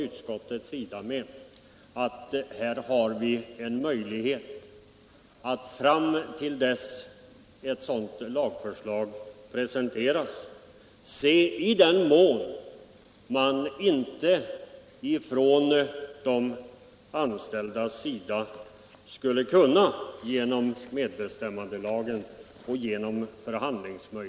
Utskottet anser att vi här har en möjlighet, fram till dess ett sådant lagförslag presenteras, att se i vad mån de anställda kan finna lösningar på frågorna genom medbestämmandelagen och genom förhandlingar.